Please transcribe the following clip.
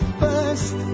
first